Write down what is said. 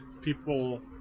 people